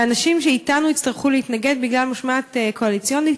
ואנשים שאתנו יצטרכו להתנגד בגלל משמעת קואליציונית,